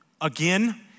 Again